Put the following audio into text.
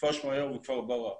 כפר שמריהו וכפר ברא,